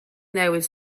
newydd